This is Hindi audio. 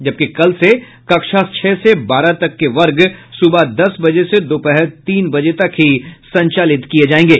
जबकि कल से कक्षा छह से बारह तक के वर्ग सुबह दस बजे से दोपहर तीन बजे तक ही संचालित किये जायेंगे